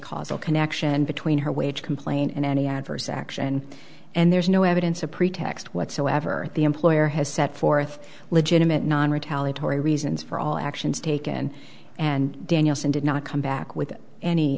causal connection between her wage complaint and any adverse action and there is no evidence a pretext whatsoever at the employer has set forth legitimate non retaliatory reasons for all actions taken and danielson did not come back with